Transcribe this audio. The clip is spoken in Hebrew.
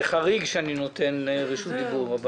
זה חריג שאני נותן רשות דיבור.